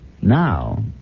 Now